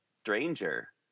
stranger